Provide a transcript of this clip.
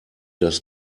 das